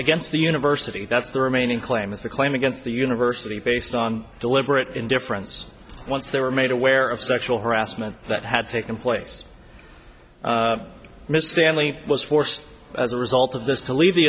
against the university that's the remaining claim is the claim against the university based on deliberate indifference once they were made aware of sexual harassment that had taken place miss family was forced as a result of this to leave the